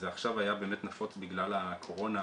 זה עכשיו היה נפוץ בגלל הקורונה,